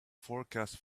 forecast